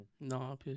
No